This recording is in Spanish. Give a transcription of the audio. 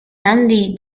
andy